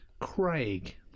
Craig